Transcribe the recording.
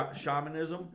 shamanism